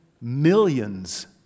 millions